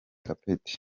carpet